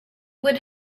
would